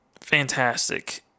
fantastic